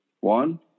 one